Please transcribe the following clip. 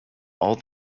all